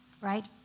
right